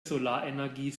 solarenergie